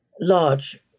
large